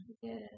Yes